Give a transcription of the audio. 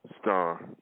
star